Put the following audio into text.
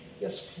Yes